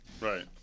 Right